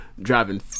driving